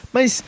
Mas